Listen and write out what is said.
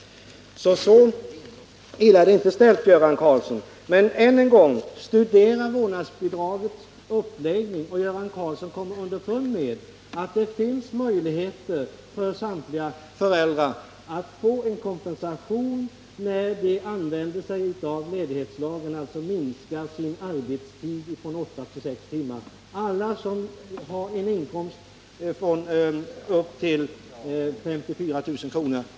Så illa är det alltså inte ställt, Göran Karlsson. Men än en gång, studera vårdnadsbidragets uppläggning och ni kommer underfund med att det finns möjligheter för samtliga föräldrar att få kompensation när de använder sig av ledighetslagen och alltså minskar sin arbetstid från åtta till sex timmar. Alla som har en inkomst upp till 54 000 kr.